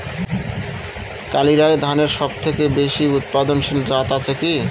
কালিরাই ধানের সবচেয়ে বেশি উৎপাদনশীল জাত আছে কি?